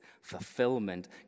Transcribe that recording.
Fulfillment